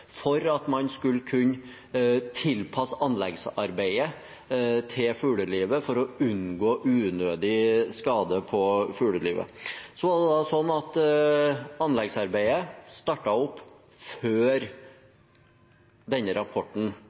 at man skulle kunne tilpasse anleggsarbeidet til fuglelivet for å unngå unødig skade på fuglelivet. Anleggsarbeidet startet opp før denne rapporten var ferdig, og da sier det seg selv at